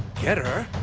get her!